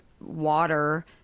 water